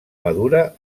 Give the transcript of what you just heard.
madura